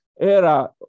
era